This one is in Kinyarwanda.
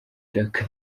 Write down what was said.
jack